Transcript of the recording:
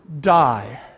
Die